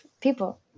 people